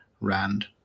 rand